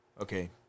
Okay